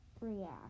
react